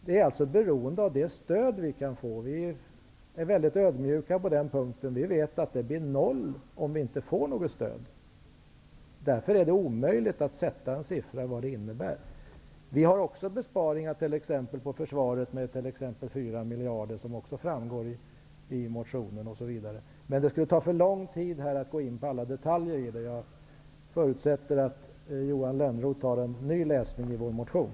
Vi är alltså beroende av det stöd vi kan få och är väldigt ödmjuka på den punkten, eftersom vi vet att om vi inte får något stöd så blir värdet noll. Det är därför omöjligt att med en siffra tala om vad det innebär. Vi har också besparingsförslag på t.ex. försvarsområdet med fyra miljarder, vilket framgår av motionen. Men det skulle ta för långt tid att här gå in på alla detaljer, så jag förutsätter att Johan Lönnroth tar en ny läsning av vår motion.